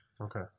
Okay